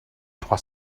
trois